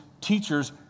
teachers